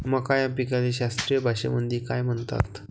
मका या पिकाले शास्त्रीय भाषेमंदी काय म्हणतात?